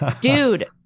Dude